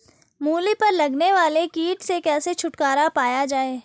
मूली पर लगने वाले कीट से कैसे छुटकारा पाया जाये?